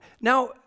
Now